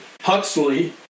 Huxley